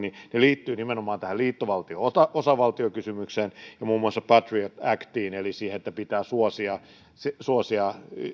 on liittyvät nimenomaan tähän liittovaltio osavaltio kysymykseen ja muun muassa patriot actiin eli siihen että pitää suosia